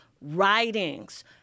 writings